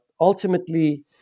ultimately